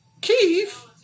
Keith